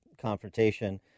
confrontation